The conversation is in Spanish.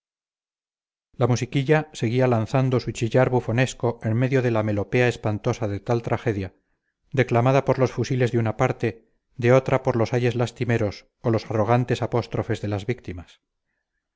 la musiquilla seguía lanzando su chillar bufonesco en medio de la melopea espantosa de tal tragedia declamada por los fusiles de una parte de otra por los ayes lastimeros o los arrogantes apóstrofes de las víctimas